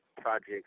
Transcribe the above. projects